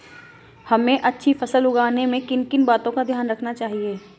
हमें अच्छी फसल उगाने में किन किन बातों का ध्यान रखना चाहिए?